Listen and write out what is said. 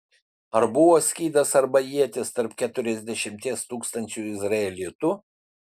ar buvo skydas arba ietis tarp keturiasdešimties tūkstančių izraelitų